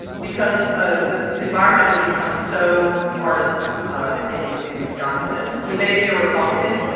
because ah the environment had become so partisan ah in in wisconsin. and he may be a republican,